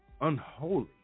unholy